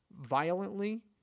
violently